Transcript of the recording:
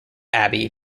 abbey